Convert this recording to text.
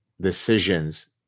decisions